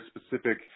specific